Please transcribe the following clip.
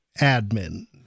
admin